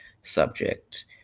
subject